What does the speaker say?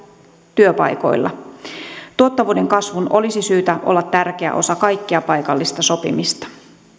työpaikoilla tuottavuuden kasvun olisi syytä olla tärkeä osa kaikkea paikallista sopimista